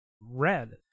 Red